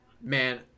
man